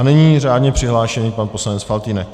Nyní řádně přihlášený pan poslanec Faltýnek.